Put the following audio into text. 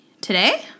Today